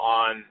on